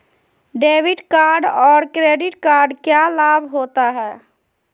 Debit card और credit card क्या लाभ होता है?